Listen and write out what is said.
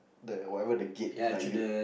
the whatever the gate that you